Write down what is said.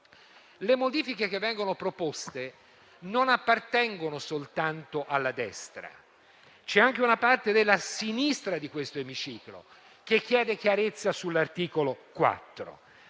Le modifiche che vengono proposte non appartengono soltanto alla destra, c'è anche una parte della sinistra di questo Emiciclo che chiede chiarezza sull'articolo 4.